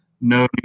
no